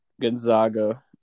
Gonzaga